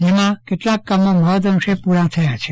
જ્યાં કેટલાક કામો મહદઅંશે પુરા થાય છે